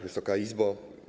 Wysoka Izbo!